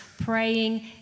praying